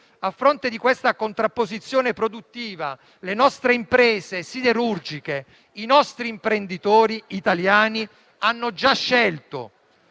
A fronte di questa contrapposizione produttiva, le nostre imprese siderurgiche, i nostri imprenditori italiani hanno già scelto: